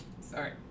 sorry